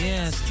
Yes